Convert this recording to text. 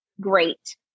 great